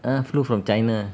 ah flu from china